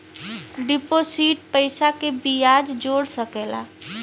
deposit पइसा के बियाज जोड़ सकला